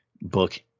book